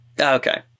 okay